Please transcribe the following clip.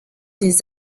des